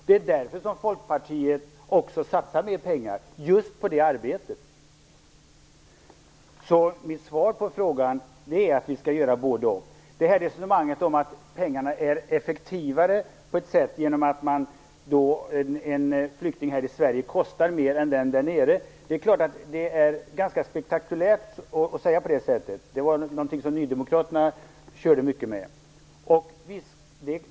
Det är därför som Folkpartiet vill satsa mer pengar på det arbetet. Mitt svar på frågan är alltså att vi skall göra bådeoch. Resonemanget om att använda pengarna effektivare, att säga att en flykting här i Sverige kostar mer än en där nere, är ganska spektakulärt. Det var någonting som nydemokraterna körde mycket med.